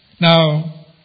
Now